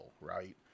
right